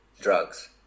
drugs